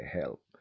help